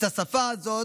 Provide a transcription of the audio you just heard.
את השפה הזאת,